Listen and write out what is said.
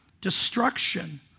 destruction